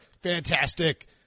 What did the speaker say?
fantastic